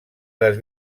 les